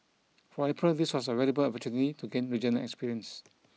for April this was a valuable opportunity to gain regional experience